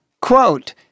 quote